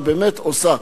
שבאמת עושה.